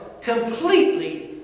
completely